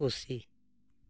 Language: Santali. ᱠᱩᱥᱤ